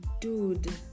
dude